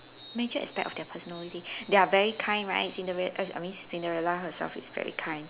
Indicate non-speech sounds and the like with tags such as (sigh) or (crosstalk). major aspect of their personality (breath) they are very kind right Cindere~ err I mean Cinderella herself is very kind